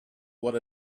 what